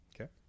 Okay